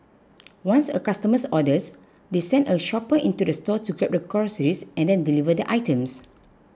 once a customer orders they send a shopper into the store to grab the groceries and then deliver the items